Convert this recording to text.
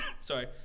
sorry